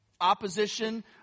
opposition